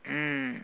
mm